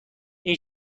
این